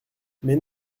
mais